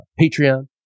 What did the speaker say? Patreon